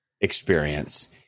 experience